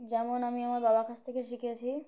যেমন আমি আমার বাবার কাছ থেকে শিখেছি